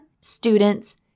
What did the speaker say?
students